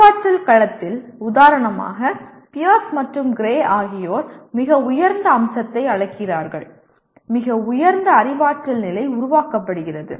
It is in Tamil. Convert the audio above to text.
அறிவாற்றல் களத்தில் உதாரணமாக பியர்ஸ் மற்றும் கிரே ஆகியோர் மிக உயர்ந்த அம்சத்தை அழைக்கிறார்கள் மிக உயர்ந்த அறிவாற்றல் நிலை உருவாக்கப்படுகிறது